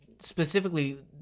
specifically